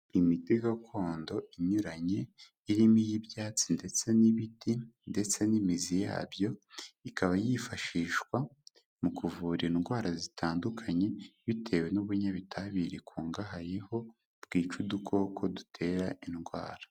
Imiti gakondo inyuranye irimo iy'ibyatsi ndetse n'ibiti ndetse n'imizi yabyo, ikaba yifashishwa mu kuvura indwara zitandukanye bitewe n'ubunyabutabire ikungahayeho bwica udukoko dutera indwara.